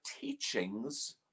teachings